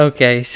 Okay